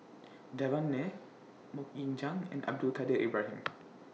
Devan Nair Mok Ying Jang and Abdul Kadir Ibrahim